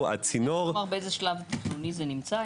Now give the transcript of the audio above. באיזה שלב תכנוני זה נמצא?